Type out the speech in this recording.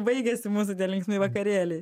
baigėsi mūsų tie linksmi vakarėliai